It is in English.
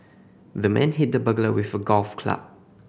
the man hit the burglar with a golf club